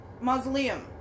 mausoleum